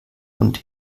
und